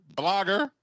blogger